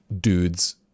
dudes